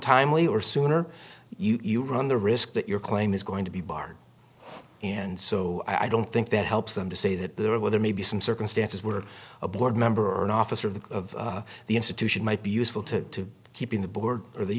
timely or soon or you run the risk that your claim is going to be barred and so i don't think that helps them to say that there were maybe some circumstances where a board member or an officer of the of the institution might be useful to keeping the board or the